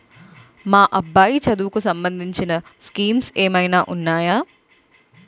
మా అబ్బాయి చదువుకి సంబందించిన స్కీమ్స్ ఏమైనా ఉన్నాయా?